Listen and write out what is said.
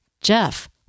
Jeff